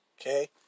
Okay